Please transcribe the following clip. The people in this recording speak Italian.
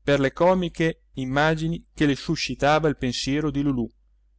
per le comiche immagini che le suscitava il pensiero di lulù